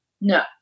No